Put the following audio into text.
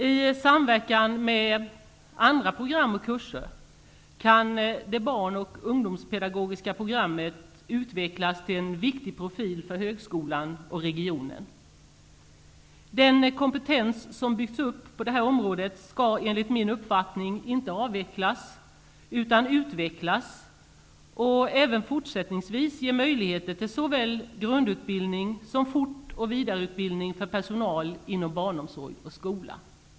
I samverkan med andra program och kurser kan det barn och ungdomspedagogiska programmet utvecklas till en viktig profil för högskolan och regionen. Den kompetens som byggts upp på detta område skall enligt min uppfattning inte avvecklas utan utvecklas och även fortsättningsvis ge möjligheter till såväl grundutbildning som fort och vidareutbildning för personal inom barnomsorg och skola.